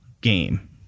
game